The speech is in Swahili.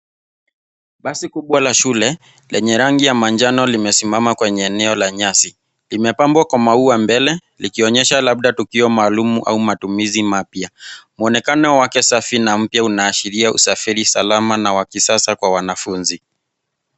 Basi kubwa la shule lenye rangi ya manjano limesimama kwenye eneo la nyasi. Limepamba kwa maua mbele, likionyesha labda tukio maalum au matumizi mapya. Muonekano wake safi na mpya unaashiria usafiri salama na wa kisasa kwa wanafunzi.